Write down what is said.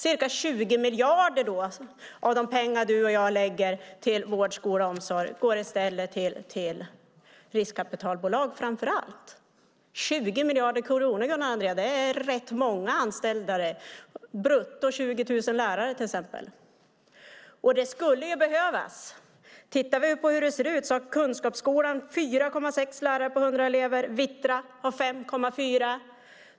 Ca 20 miljarder, Gunnar Andrén, av de pengar som du och jag lägger till vård, skola och omsorg går i stället framför allt till riskkapitalbolag. 20 miljarder kronor, Gunnar Andrén, motsvarar rätt många anställda - brutto till exempel 20 000 lärare. Det skulle behövas. Det är bara att se hur det ser ut. På 100 elever har Kunskapsskolan 4,6 lärare och Vittra 5,4 lärare.